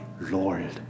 Lord